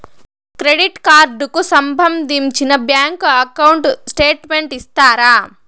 Credit card కు సంబంధించిన bank account statement ఇస్తారా?